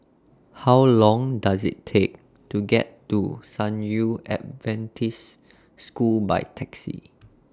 How Long Does IT Take to get to San Yu Adventist School By Taxi